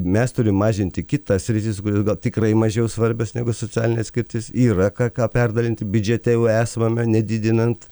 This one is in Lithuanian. mes turim mažinti kitas sritis gal tikrai mažiau svarbios negu socialinė atskirtis yra ką ką perdalinti biudžete jau esamame nedidinant